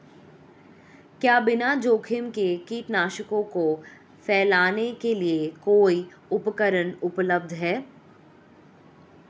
क्या बिना जोखिम के कीटनाशकों को फैलाने के लिए कोई उपकरण उपलब्ध है?